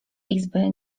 izby